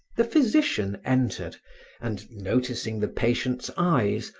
the physician entered and, noticing the patient's eyes,